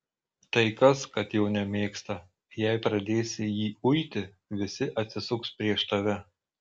tai kas kad jo nemėgsta jei pradėsi jį uiti visi atsisuks prieš tave